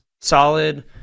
solid